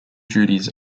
duties